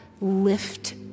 lift